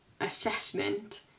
assessment